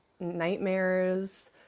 nightmares